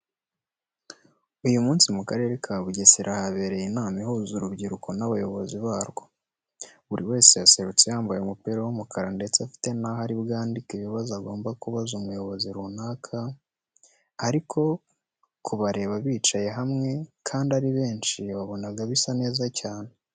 Uyu munsi mu Karere ka Bugesera habereye inama ihuza urubyiruko n'abayobozi barwo. Buri wese yaserutse yambaye umupira w'umukara ndetse afite naho ari bwandike ibibazo agomba kubaza umuyobozi runaka, ariko kubareba bicaye hamwe kandi ari benshi wabonaga bisa neza cyane.